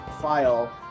file